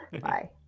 Bye